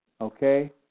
okay